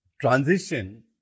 transition